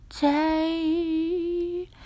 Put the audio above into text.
day